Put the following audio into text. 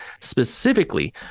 specifically